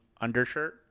undershirt